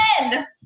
men